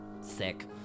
sick